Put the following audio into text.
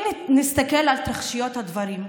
אם נסתכל על התרחשויות הדברים,